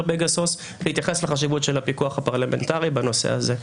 פגסוס להתייחס לחשיבות של הפיקוח הפרלמנטרי בנושא הזה.